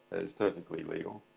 is perfectly legal.